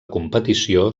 competició